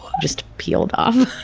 just peeled off.